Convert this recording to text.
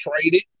traded